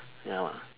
ya lah